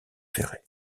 ferrée